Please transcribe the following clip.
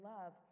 Love